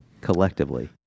collectively